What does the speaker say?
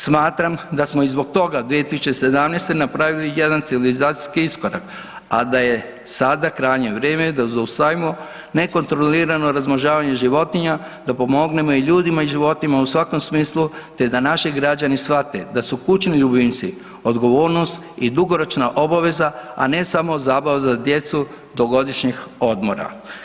Smatram da smo i zbog toga 2017. napravili jedan civilizacijski iskorak, a da je sada krajnje vrijeme da zaustavimo nekontrolirano razmnožavanje životinja da pomognemo i ljudima i životinjama u svakom smislu, te da naši građani shvate da su kućni ljubimci odgovornost i dugoročna obaveza, a ne samo zabava za djecu do godišnjih odmora.